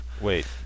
Wait